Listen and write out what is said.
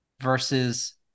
versus